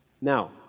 Now